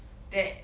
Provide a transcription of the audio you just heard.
that